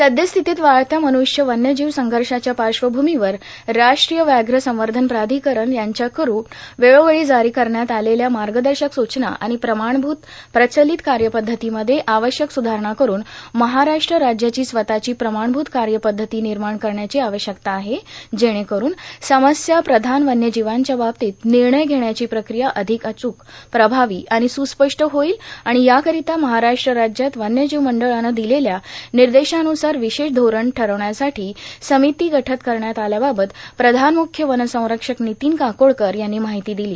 सद्यस्थितीत वाढत्या मन्नष्य वन्यजीव संघर्षाच्या पार्श्वभूमीवर राष्ट्रीय व्याघ्र संवर्धन प्राधिकरण यांच्याकडून वेळोवेळी जारी करण्यात आलेल्या मार्गदर्शक सूचना आणि प्रमाणभूत प्रचलित कार्यपद्धतीमध्ये आवश्यक सुधारणा करून महाराष्ट्र राज्याची स्वतःची प्रमाणभूत कार्यपद्धती निर्माण करण्याची आवश्यकता आहे जेणेकरून समस्या प्रधान वन्य जीवांच्या बाबतीत निर्णय घेण्याची प्रक्रिया अधिक अचूक प्रभावी आणि सुस्पष्ट होईल आणि याकरिता महाराष्ट्र राज्यात वन्यजीव मंडळानं दिलेल्या निर्देशान्रसार विशेष धोरण ठरविण्यासाठी समिती गठित करण्यात आल्याबाबत प्रधान मुख्य वनसंरक्षक नितीन काकोडकर यांनी माहिती दिली